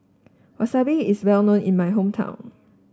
wasabi is well known in my hometown